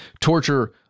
torture